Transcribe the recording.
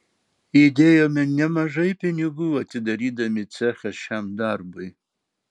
įdėjome nemažai pinigų atidarydami cechą šiam darbui